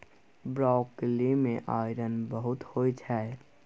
broccoli मे iron बहुत होइ छै